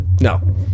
No